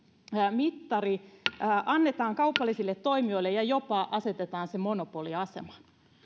mittari annetaan kaupallisille toimijoille ja jopa asetetaan se monopoliasemaan